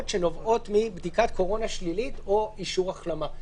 שנובעות מבדיקת קורונה שלילית או אישור החלמה.